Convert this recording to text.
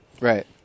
Right